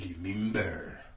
Remember